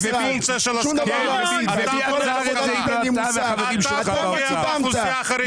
שאתה מבין באוכלוסייה החרדית.